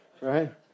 right